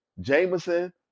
Jameson